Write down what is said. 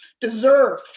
deserve